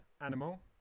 Animal